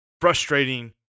frustrating